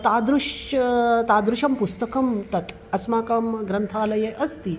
तादृशं तादृशं पुस्तकं तत् अस्माकं ग्रन्थालये अस्ति